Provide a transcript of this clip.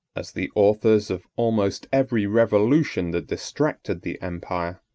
as the authors of almost every revolution that distracted the empire,